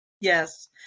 Yes